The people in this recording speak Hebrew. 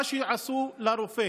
מה שעשו לרופא